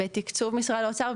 בתקצוב משרד האוצר,